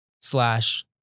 slash